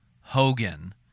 Hogan